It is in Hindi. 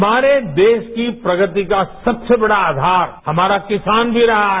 हमारे देश की प्रगति का सबसे बड़ा आधार हमारा किसान भी रहाहै